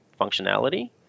functionality